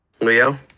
Leo